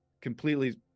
completely